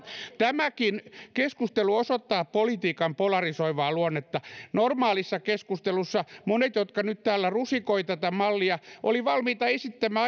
tämäkin keskustelu osoittaa politiikan polarisoivaa luonnetta normaalissa keskustelussa monet jotka nyt täällä rusikoivat tätä mallia olivat valmiita esittämään